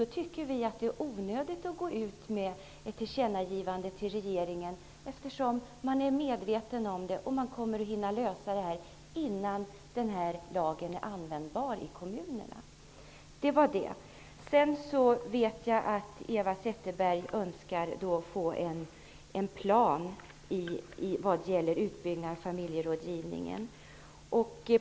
Vi tycker därför att det är onödigt att gå ut med ett tillkännagivande till regeringen, eftersom vi är medvetna om saken och frågan kommer att hinna lösas innan lagen är användbar i kommunerna. Jag vet också att Eva Zetterberg önskar en plan vad gäller utbyggnaden av familjerådgivningen.